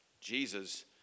Jesus